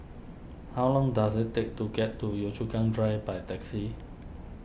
how long does it take to get to Yio Chu Kang Drive by taxi